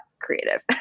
creative